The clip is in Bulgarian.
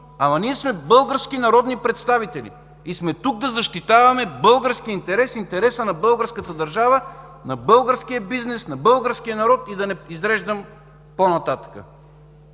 Ама ние сме български народни представители и сме тук да защитаваме българския интерес, интереса на българската държава, на българския бизнес, на българския народ, да не изреждам по-нататък.